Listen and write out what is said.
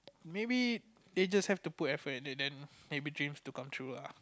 maybe they just have to put effort and then maybe dreams will come true lah